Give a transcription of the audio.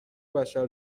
بشر